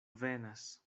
venas